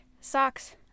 socks